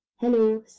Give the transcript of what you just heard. Hello